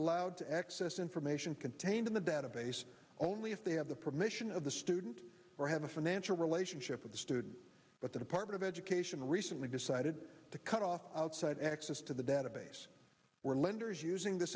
allowed to access information contained in the database only if they have the permission of the student or have a financial relationship with the student but the department of education recently decided to cut off outside access to the database were lenders using this